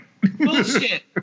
Bullshit